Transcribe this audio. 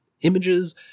images